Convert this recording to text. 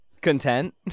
Content